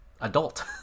adult